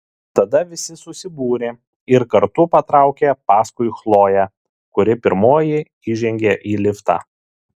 tada visi susibūrė ir kartu patraukė paskui chloję kuri pirmoji įžengė į liftą